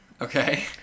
Okay